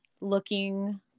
looking